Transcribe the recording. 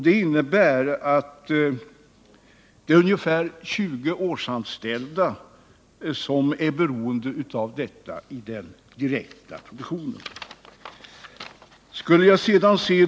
Det betyder att ungefär 20 årsanställda i den direkta produktionen berörs.